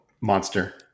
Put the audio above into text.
monster